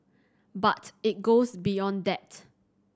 but it goes beyond that